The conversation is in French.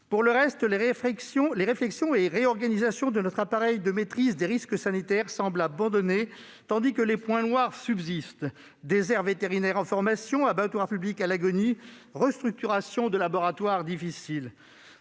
Pour le reste, les réflexions et réorganisations de notre appareil de maîtrise des risques sanitaires semblent abandonnées, tandis que des points noirs subsistent : déserts vétérinaires en formation, abattoirs publics à l'agonie, restructurations de laboratoires difficiles.